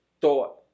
thought